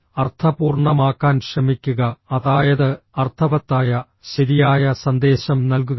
അതിനാൽ അർത്ഥപൂർണ്ണമാക്കാൻ ശ്രമിക്കുക അതായത് അർത്ഥവത്തായ ശരിയായ സന്ദേശം നൽകുക